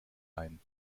ein